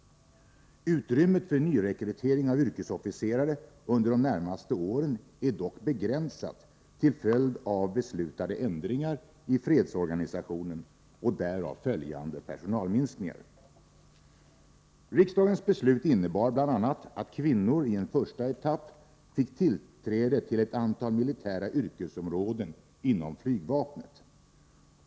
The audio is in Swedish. Utrymmet för nyrekrytering av yrkesofficerare under de närmaste åren är dock begränsat till följd av beslutade ändringar i fredsorganisationen och därav följande personalminskningar. Riksdagens beslut innebar bl.a. att kvinnor i en första etapp fick tillträde till ett antal militära yrkesområden inom flygvapnet.